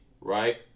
right